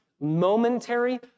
Momentary